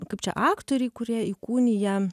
kaip čia aktoriai kurie įkūnija